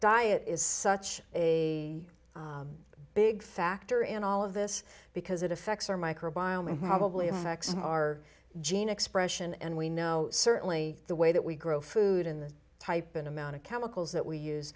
diet is such a big factor in all of this because it affects our micro biome who probably affects our gene expression and we know certainly the way that we grow food in the type and amount of chemicals that we use